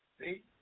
See